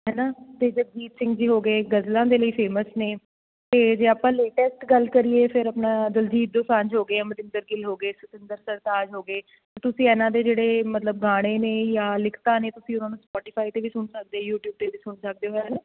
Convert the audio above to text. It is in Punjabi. ਹੈ ਨਾ ਅਤੇ ਜਗਜੀਤ ਸਿੰਘ ਜੀ ਹੋ ਗਏ ਗਜ਼ਲਾਂ ਦੇ ਲਈ ਫੇਮਸ ਨੇ ਅਤੇ ਜੇ ਆਪਾਂ ਲੇਟੈਸਟ ਗੱਲ ਕਰੀਏ ਫਿਰ ਆਪਣਾ ਦਲਜੀਤ ਦੋਸਾਂਝ ਹੋ ਗਏ ਅਮਰਿੰਦਰ ਗਿੱਲ ਹੋ ਗਏ ਸਤਿੰਦਰ ਸਰਤਾਜ ਹੋ ਗਏ ਤੁਸੀਂ ਇਹਨਾਂ ਦੇ ਜਿਹੜੇ ਮਤਲਬ ਗਾਣੇ ਨੇ ਜਾਂ ਲਿਖਤਾਂ ਨੇ ਤੁਸੀਂ ਉਹਨਾਂ ਨੂੰ ਸਪੋਟੀਫਾਈ 'ਤੇ ਵੀ ਸੁਣ ਸਕਦੇ ਯੂਟੀਊਬ 'ਤੇ ਵੀ ਸੁਣ ਸਕਦੇ